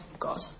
God